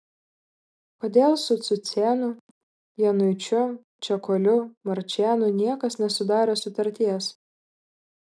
kodėl su cucėnu januičiu čekuoliu marčėnu niekas nesudarė sutarties